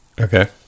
Okay